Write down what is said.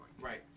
Right